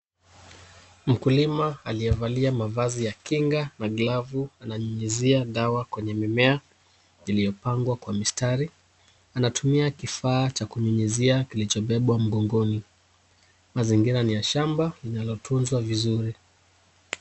Mkulima aliyevalia mavazi ya kinga na glavu ananyunyizia dawa kwenye mimea iliyopangwa kwa mistari. Anatumia kifaa cha kunyunyuzia kilichobebwa mgongoni. Mazingira ni ya shamba linalotunzwa vizuri.